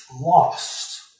Lost